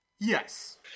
Yes